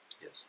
Yes